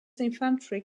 infantry